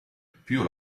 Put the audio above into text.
più